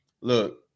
look